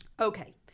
Okay